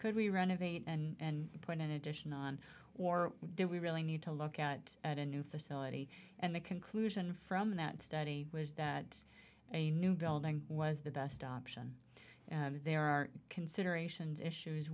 could we renovate and put in addition on or do we really need to look at a new facility and the conclusion from that study was that a new building was the best option there are considerations issues